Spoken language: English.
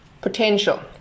potential